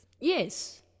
Yes